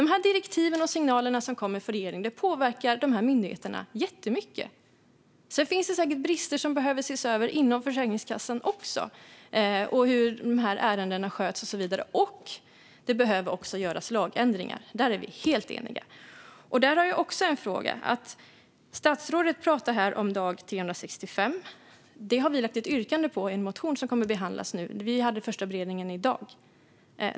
De direktiv och signaler som kommer från regeringen påverkar dessa myndigheter jättemycket. Sedan finns det säkert också brister som behöver ses över inom Försäkringskassan, hur de här ärendena sköts och så vidare. Och det behöver också göras lagändringar - där är vi helt eniga. Där har jag också en fråga. Statsrådet pratar här om dag 365. Vi har ett yrkande om detta i en motion som snart kommer att behandlas - vi hade första beredningen i dag.